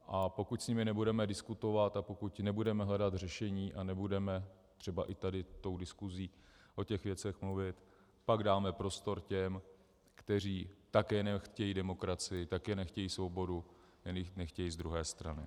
A pokud s nimi nebudeme diskutovat a pokud nebudeme hledat řešení a nebudeme třeba i tady v diskusi o těch věcech mluvit, pak dáme prostor těm, kteří také nechtějí demokracii, také nechtějí svobodu, jen ji nechtějí z druhé strany.